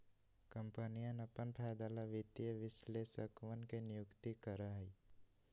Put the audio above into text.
कम्पनियन अपन फायदे ला वित्तीय विश्लेषकवन के नियुक्ति करा हई